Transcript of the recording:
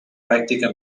pràctica